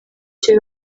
cyo